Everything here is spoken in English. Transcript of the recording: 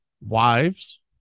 wives